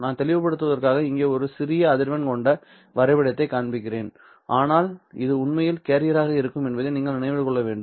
நான் தெளிவுபடுத்துவதற்காக இங்கே ஒரு சிறிய அதிர்வெண்ணைக் கொண்ட வரைபடத்தை காண்பிக்கிறேன் ஆனால் இது உண்மையில் கேரியராக இருக்கும் என்பதை நீங்கள் நினைவில் கொள்ள வேண்டும்